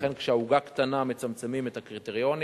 לכן, כשהעוגה קטנה מצמצמים את הקריטריונים.